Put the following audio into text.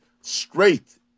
straight